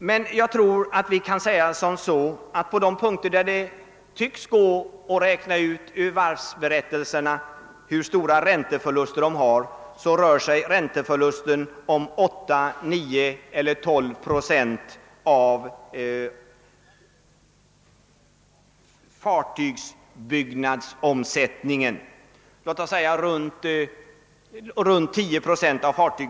Men jag tror att vi kan se det så, att på de punkter där det tycks gå att räkna ut ur verksamhetsberättelserna hur stora ränteförluster varven har, så rör det sig om 8, 9 eller 12 procent av fartygsbyggnadsomsättningen — låt oss säga i runt tal 10 procent.